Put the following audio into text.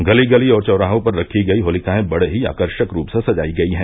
गली गली और चौराहों पर रखी गई होलिकाएं बड़े ही आकर्षक रूप से सजाई गई है